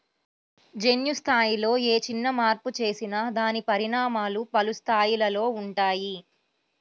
జన్యు స్థాయిలో ఏ చిన్న మార్పు చేసినా దాని పరిణామాలు పలు స్థాయిలలో ఉంటాయి